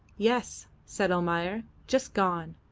yes, said almayer just gone.